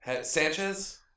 Sanchez